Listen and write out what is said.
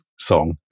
song